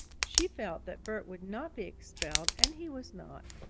she felt that bert would not be expelled. and he was not.